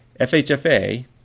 FHFA